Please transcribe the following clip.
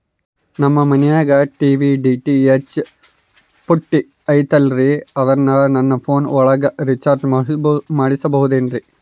ನಮ್ಮ ಮನಿಯಾಗಿನ TV DTH ಪುಟ್ಟಿ ಐತಲ್ರೇ ಅದನ್ನ ನನ್ನ ಪೋನ್ ಒಳಗ ರೇಚಾರ್ಜ ಮಾಡಸಿಬಹುದೇನ್ರಿ?